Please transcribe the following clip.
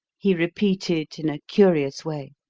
he repeated in a curious way.